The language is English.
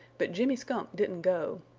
but jimmy skunk didn't go.